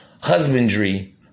husbandry